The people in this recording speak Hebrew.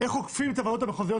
איך עוקפים את הבעיות המחוזיות,